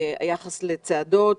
היחס לצעדות.